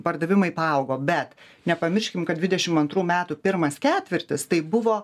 pardavimai paaugo bet nepamirškim kad dvidešim antrų metų pirmas ketvirtis tai buvo